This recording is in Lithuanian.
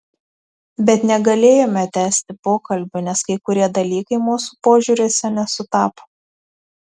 bet negalėjome tęsti pokalbių nes kai kurie dalykai mūsų požiūriuose nesutapo